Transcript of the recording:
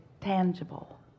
tangible